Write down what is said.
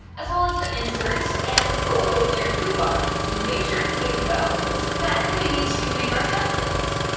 as well as the insert, and ooh they are coupons make sure to save those! then, we need to make our stencils!